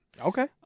Okay